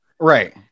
Right